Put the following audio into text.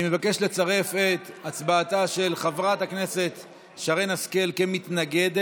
אני מבקש לצרף את הצבעתה של חברת הכנסת שרן השכל כמתנגדת